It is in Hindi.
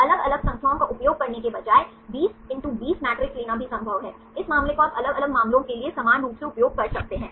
अलग अलग संख्याओं का उपयोग करने के बजाय 20 × 20 मैट्रिक्स लेना भी संभव है इस मामले को आप अलग अलग मामलों के लिए समान रूप से उपयोग कर सकते हैं